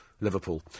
Liverpool